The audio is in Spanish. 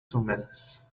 húmedas